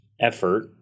effort